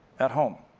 at home,